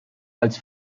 als